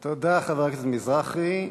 תודה, חבר הכנסת מזרחי.